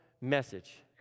message